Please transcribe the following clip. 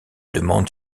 demande